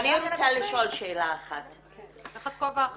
אלא דברי תחת כובע אחר.